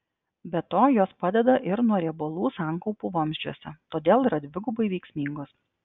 be to jos padeda ir nuo riebalų sankaupų vamzdžiuose todėl yra dvigubai veiksmingos